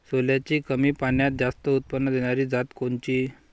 सोल्याची कमी पान्यात जास्त उत्पन्न देनारी जात कोनची?